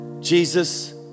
Jesus